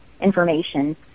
information